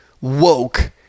woke